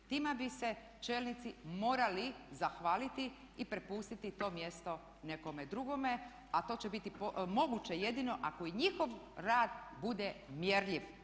Tima bi se čelnici morali zahvaliti i prepustiti to mjesto nekome drugome, a to će biti moguće jedino ako i njihov rad bude mjerljiv.